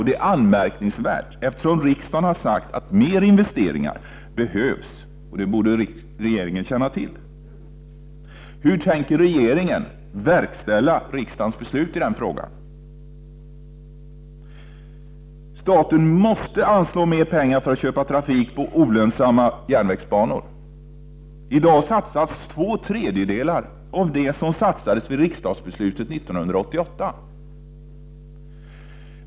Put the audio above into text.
Det är anmärkningsvärt, eftersom riksdagen har sagt att mer investeringar behövs. Det borde regeringen känna till. Hur tänker regeringen verkställa riksdagens beslut i denna fråga? Staten måste anslå mer pengar för att köpa trafik på olönsamma järnvägsbanor. I dag satsas två tredjedelar av det som satsades vid riksdagsbeslutet 1988.